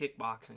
kickboxing